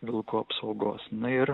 vilkų apsaugos na ir